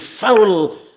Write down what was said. foul